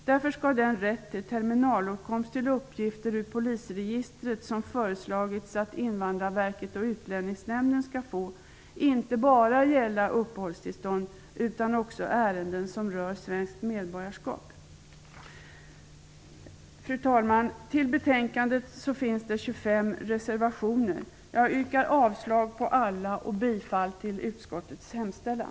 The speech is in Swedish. Därför skall den rätt till terminalåtkomst av uppgifter ur polisregistret som det föreslagits att Invandrarverket och Utlänningsnämnden skall få inte bara gälla uppehållstillstånd, utan också ärenden som rör svenskt medborgarskap. Fru talman! Till betänkandet finns 25 reservationer fogade. Jag yrkar avslag på alla dessa och bifall till utskottets hemställan.